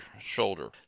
shoulder